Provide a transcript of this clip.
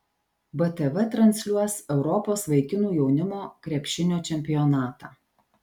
btv transliuos europos vaikinų jaunimo krepšinio čempionatą